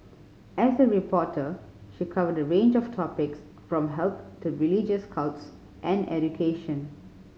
as a reporter she covered a range of topics from health to religious cults and education